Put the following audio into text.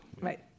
right